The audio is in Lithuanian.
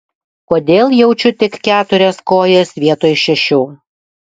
kodėl jaučiu tik keturias kojas vietoj šešių